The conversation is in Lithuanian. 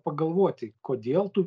pagalvoti kodėl tu